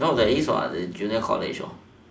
no there is what junior college